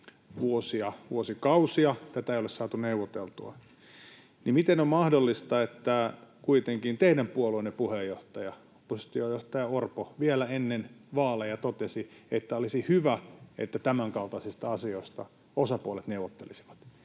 vuosiin, vuosikausiin, tätä ei ole saatu neuvoteltua, niin miten on mahdollista, että kuitenkin teidän puolueenne puheenjohtaja, oppositiojohtaja Orpo, vielä ennen vaaleja totesi, että olisi hyvä, että tämänkaltaisista asioista osapuolet neuvottelisivat.